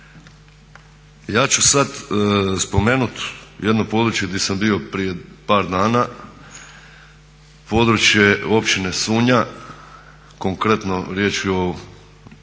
Ja ću sad spomenut jedno područje di sam bio prije par dana, područje Općine Sunja, konkretno riječ je